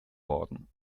worden